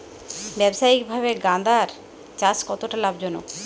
ব্যবসায়িকভাবে গাঁদার চাষ কতটা লাভজনক?